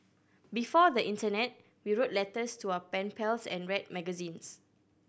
before the internet we wrote letters to our pen pals and read magazines